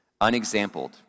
unexampled